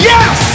Yes